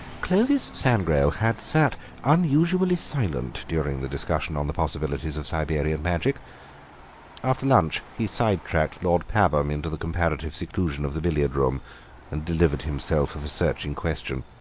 clovis sangrail had sat unusually silent during the discussion on the possibilities of siberian magic after lunch he side-tracked lord pabham into the comparative seclusion of the billiard-room and delivered himself of a searching question.